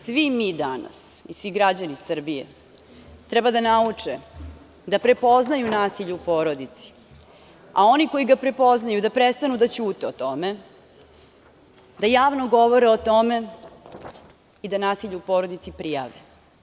Svi mi danas i svi građani Srbije treba da nauče da prepoznaju nasilje u porodici, a oni koji ga prepoznaju da prestanu da ćute o tome, da javno govore o tome i da nasilje u porodici prijave.